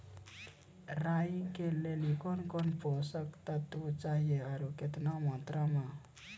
राई के लिए कौन कौन पोसक तत्व चाहिए आरु केतना मात्रा मे?